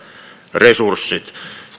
resurssit